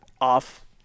off